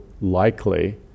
likely